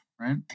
Right